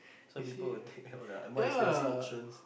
some people will take all the more expensive options